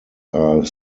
are